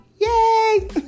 Yay